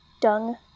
dung